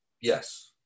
Yes